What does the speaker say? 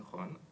נכון,